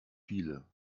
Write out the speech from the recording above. viele